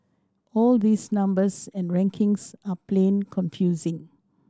all these numbers and rankings are plain confusing